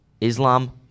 Islam